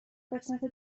قسمت